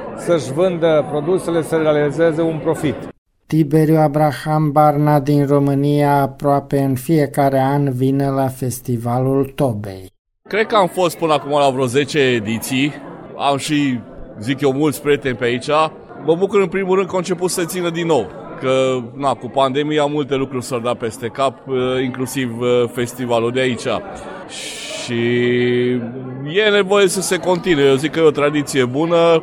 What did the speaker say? să-și vândă produsele, să realizeze un profit. Tiberiu Abraham Barna din România, aproape în fiecare an, vine la Festivalul Tobei. Cred că am fost până acum la vreo 10 ediții. Am și, zic eu, mulți prieteni pe aici. Mă bucur, în primul rând, că au început să țină din nou, că, na, cu pandemia multe lucruri s-au dat peste cap, eh, inclusiv, eh, festivalul de aici. Și- și e nevoie să se continue. Eu zic că e o tradiție bună.